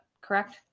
correct